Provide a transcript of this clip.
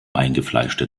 eingefleischte